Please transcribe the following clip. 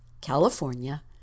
California